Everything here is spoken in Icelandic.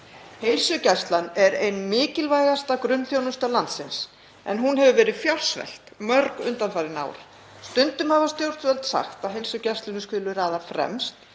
Heilsugæslan er ein mikilvægasta grunnþjónusta landsins en hún hefur verið fjársvelt mörg undanfarin ár. Stundum hafa stjórnvöld sagt að heilsugæslunni skulum við raða fremst